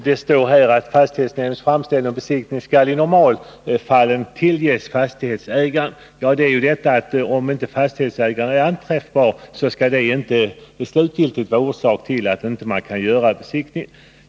Det står i betänkandet: ”Fastighetsnämnds framställning om besiktning skall i normalfallen delges fastighetsägaren.” Men om fastighetsägaren inte är anträffbar skall detta inte slutgiltigt vara orsak till att man inte kan företa besiktning.